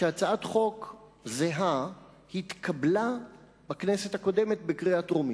שהצעת חוק זהה התקבלה בכנסת הקודמת בקריאה טרומית,